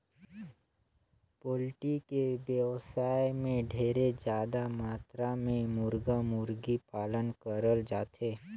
poultry के बेवसाय में ढेरे जादा मातरा में मुरगा, मुरगी पालन करल जाथे